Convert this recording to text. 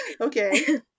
Okay